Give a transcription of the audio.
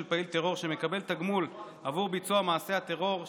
פעיל טרור שמקבל תגמול עבור ביצוע מעשה הטרור,